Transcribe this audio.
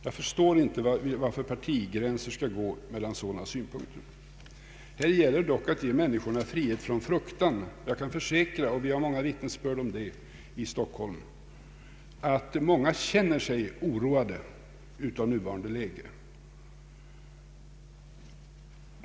Jag förstår inte varför partigränser skall gå mellan sådana synpunkter. Det gäller här att ge människorna frihet från fruktan. Jag kan försäkra — och vi har många vittnesbörd om det i Stockholm -— att många känner sig oroade i nuvarande läge.